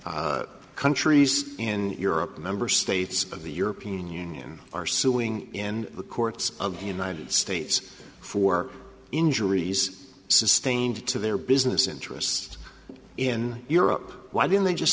countries in europe member states of the european union are suing in the courts of the united states for injuries sustained to their business interests in europe why didn't they just